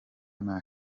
nta